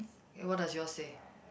what does yours say